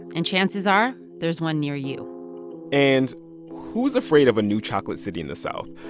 and chances are, there's one near you and who's afraid of a new chocolate city in the south?